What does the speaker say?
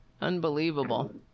Unbelievable